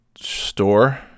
store